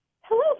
Hello